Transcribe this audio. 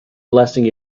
blessing